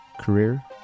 career